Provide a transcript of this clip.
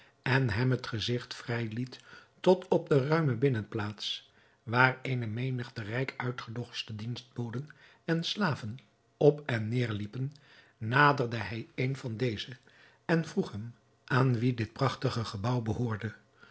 en hem het gezigt vrij liet tot op de ruime binnenplaats waar eene menigte rijk uitgedoste dienstboden en slaven op en neêr liepen naderde hij een van dezen en vroeg hem aan wien dit prachtige gebouw behoorde